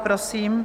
Prosím.